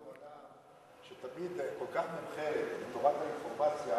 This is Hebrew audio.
בתור אדם שתמיד כל כך מומחה לתורת האינפורמציה,